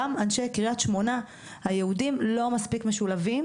גם אנשי קריית שמונה היהודים לא מספיק משולבים,